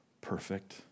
perfect